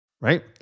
Right